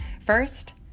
First